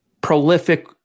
prolific